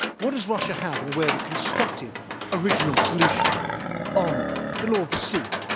what does russia have in the way of a constructive original solution on the law of the sea,